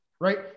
right